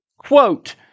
Quote